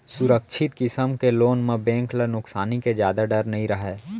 सुरक्छित किसम के लोन म बेंक ल नुकसानी के जादा डर नइ रहय